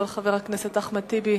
אבל חבר הכנסת אחמד טיבי